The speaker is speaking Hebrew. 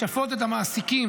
לשפות את המעסיקים